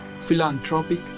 philanthropic